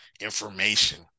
information